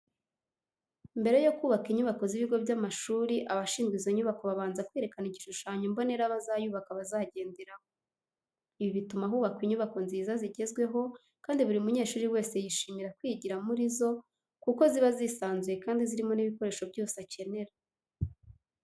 Mbere yo kubaka inyubako z'ibigo by'amashuri abashinzwe izo nyubako babanza kwerekana igishushanyo mbonera abazayubaka bazagenderaho. Ibi bituma hubakwa inyubako nziza zigezweho kandi buri munyeshuri wese yishimira kwigira muri zo kuko ziba zisanzuye kandi zirimo n'ibikoresho byose akenera.